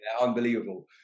Unbelievable